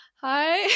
hi